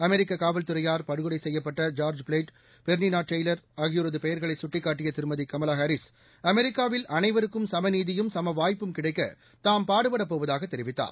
அமெரிக்ககாவல்துறையால் படுகொலைசெய்யப்பட்ட George Floyd Breonna Taylor ஆகியோரதுபெயர்களைகட்டிக்காட்டியதிருமதி கமலா அமெரிக்காவில் அனைவருக்கும் சமநீதியும் சமவாய்ப்பும் கிடைக்கதாம் பாடுபடப் போவதாகதெரிவித்தார்